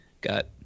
got